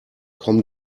komm